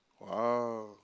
Wow